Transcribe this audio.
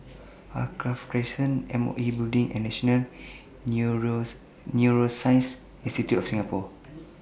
Alkaff Crescent M O E Building and National Neuroscience Institute of Singapore